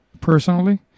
Personally